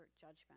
judgment